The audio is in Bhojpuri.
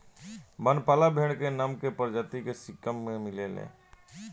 बनपाला भेड़ नाम के प्रजाति सिक्किम में मिलेले